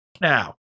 Now